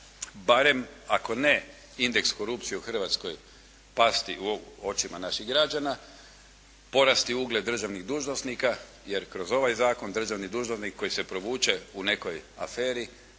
barem ako ne indeks korupcije u Hrvatskoj pasti u očima naših građana, porasti ugled državnih dužnosnika. Jer kroz ovaj zakon državni dužnosnik koji se provuče u nekoj aferi